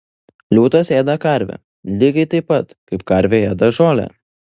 liūtas ėda karvę lygiai taip pat kaip karvė ėda žolę